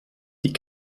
die